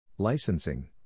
Licensing